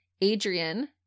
Adrian